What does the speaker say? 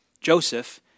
Joseph